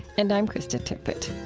and i'm krista tippett